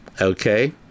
Okay